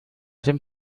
dem